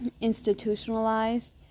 institutionalized